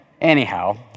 Anyhow